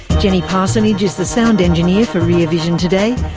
jenny parsonage is the sound engineer for rear vision today.